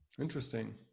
Interesting